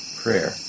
prayer